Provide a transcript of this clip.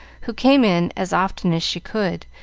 who came in as often as she could,